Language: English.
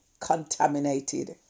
contaminated